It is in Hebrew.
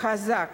חזק